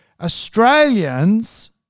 australians